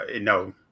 no